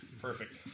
Perfect